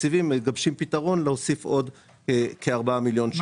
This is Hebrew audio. תקציבים מגבשים פתרון להוסיף עוד כארבעה מיליון שקלים.